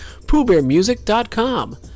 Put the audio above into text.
poohbearmusic.com